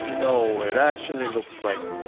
no, it actually looks like